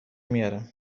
میارم